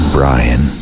Brian